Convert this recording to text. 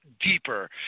deeper